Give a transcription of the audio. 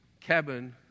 cabin